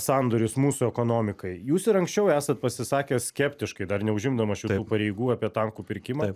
sandoris mūsų ekonomikai jūs ir anksčiau esat pasisakęs skeptiškai dar neužimdamas šitų pareigų apie tankų pirkimą